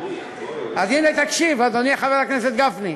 אז הנה, תקשיב, אדוני חבר הכנסת גפני,